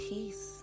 Peace